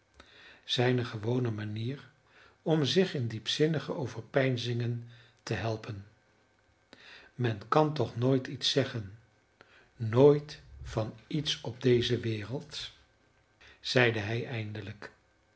zijne gewone manier om zich in diepzinnige overpeinzingen te helpen men kan toch nooit iets zeggen nooit van iets op deze wereld zeide hij eindelijk